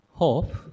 Hope